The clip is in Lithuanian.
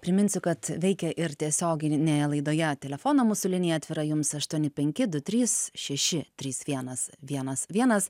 priminsiu kad veikia ir tiesiogin nėje laidoje telefono mūsų linija atvira jums aštuoni penki du trys šeši trys vienas vienas vienas